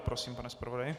Prosím, pane zpravodaji.